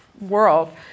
world